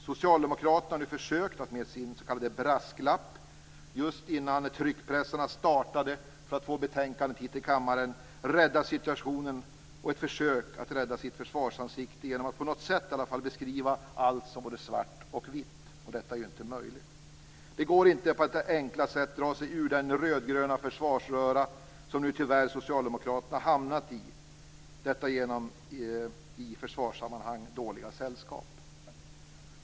Socialdemokraterna har nu försökt att med sin s.k. brasklapp - just innan tryckpressarna startade för att få betänkandet till kammaren - rädda situationen, och de har försökt att rädda sitt försvarsansikte genom att på något sätt beskriva allt som både svart och vitt. Detta är ju inte möjligt. Det går inte att på detta enkla sätt dra sig ur den rödgröna försvarsröra som Socialdemokraterna nu tyvärr hamnat i genom detta, i försvarssammanhang, dåliga sällskap.